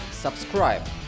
Subscribe